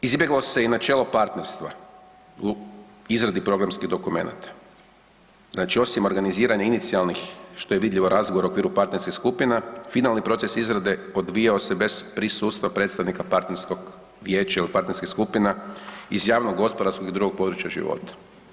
Izbjeglo se i načelo partnerstva u izradi programskih dokumenta, znači osim organiziranih inicijalnih što je vidljivo u razgovoru u okviru partnerskih skupina finalni proces izrade odvijao se bez prisustva predstavnika partnerskog vijeća ili partnerskih skupina iz javnog gospodarskog i drugih područja života.